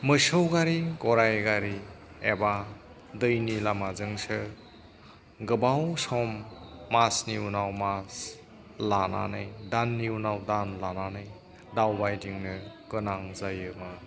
मोसौ गारि गराय गारि एबा दैनि लामाजोंसो गोबाव सम मासनि उनाव मास लानानै दाननि उनाव दान लानानै दावबायदिंनो गोनां जायोमोन